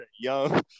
young